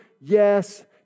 yes